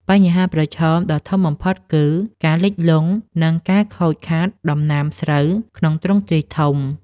បញ្ហាប្រឈមដ៏ធំបំផុតគឺ ការលិចលង់ និងការខូចខាតដំណាំស្រូវក្នុងទ្រង់ទ្រាយធំ។